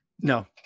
No